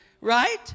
Right